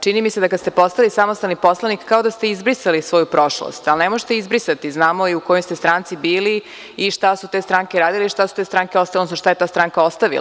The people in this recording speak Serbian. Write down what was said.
Čini mi se da kada ste postali samostalni poslanik, kao da ste izbrisali svoju prošlost, ali ne možete je izbrisati, znamo i u kojoj stranci ste bili i šta su te stranke radile i šta je ta stranka ostavila.